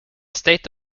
state